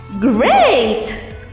great